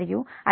172 మరియు j3